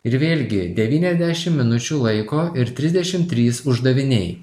ir vėlgi devyniasdešimt minučių laiko ir trisdešimt trys uždaviniai